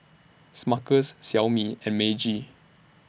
Smuckers Xiaomi and Meiji